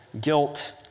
guilt